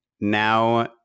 now